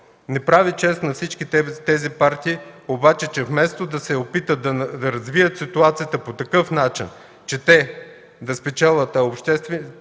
Не прави чест на всички тези партии обаче, че вместо да се опитат да развият ситуацията по такъв начин, че да спечелят, а обществото